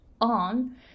on